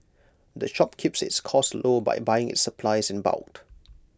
the shop keeps its costs low by buying its supplies in bulk